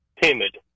timid